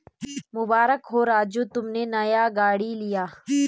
मुबारक हो राजू तुमने नया गाड़ी लिया